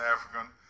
African